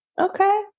okay